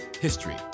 history